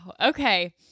Okay